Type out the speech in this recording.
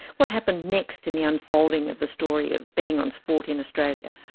what happened next in the unfolding of the story of betting on sport in australia?